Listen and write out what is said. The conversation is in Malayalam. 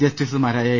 ജസ്റ്റിസുമാ രായ എ